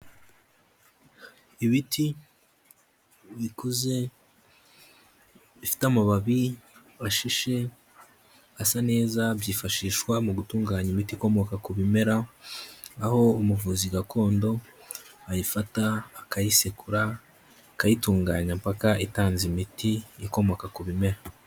Ibiti bikuze bifite amababi ashishe asa neza, byifashishwa mu gutunganya imiti ikomoka ku bimera aho umuvuzi gakondo ayifata akayisekura akayitunganya paka itanze imiti ikomoka ku bimera.